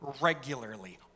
Regularly